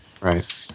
right